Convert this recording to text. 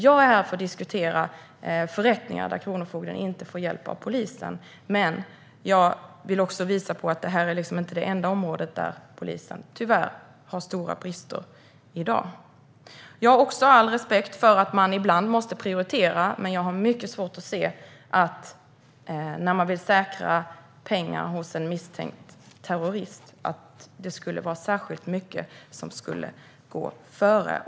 Jag är här för att diskutera förrättningar där kronofogden inte får hjälp av polisen, men jag vill också visa att detta inte är det enda område där polisen tyvärr har stora brister i dag. Jag har all respekt för att man ibland måste prioritera. Jag har dock svårt att se att det kan finnas mycket annat som kan gå före att säkra pengar hos en misstänkt terrorism.